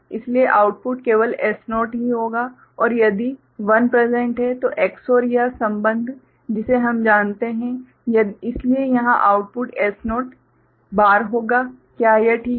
इसलिए आउटपुट केवल S0 ही होगा और यदि 1 प्रेसेंट है तो XOR यह संबंध जिसे हम जानते हैं इसलिए यहां आउटपुट S0 बार होगा क्या यह ठीक है